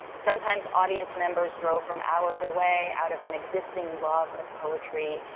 sometimes audience members drove from hours away, out of an existing love of poetry,